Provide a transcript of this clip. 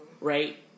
Right